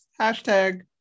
hashtag